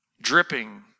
dripping